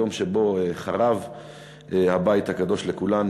היום שבו חרב הבית הקדוש לכולנו,